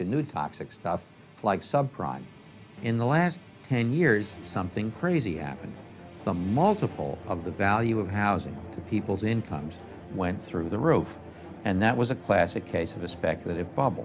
of new toxic stuff like sub prime in the last ten years something crazy happened the mall took all of the value of housing to people's incomes went through the roof and that was a classic case of a speculative b